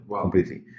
completely